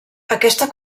aquesta